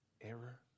error